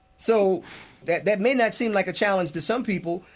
so that that may not seem like a challenge to some people,